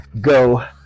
go